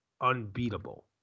unbeatable